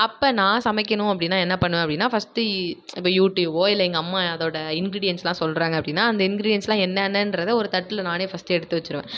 அப்போ நான் சமைக்கணும் அப்படின்னா என்ன பண்ணுவேன் அப்படின்னா ஃபஸ்ட்டு இப்போ யூடியூப்போ இல்லை எங்கள் அம்மா அதோடய இன்க்ரீடியண்ட்ஸ்லாம் சொல்றாங்க அப்படின்னா அந்த இன்க்ரீடியண்ட்ஸெலாம் என்னான்றத ஒரு தட்டில் நானே ஃபஸ்ட்டு எடுத்து வெச்சுருவேன்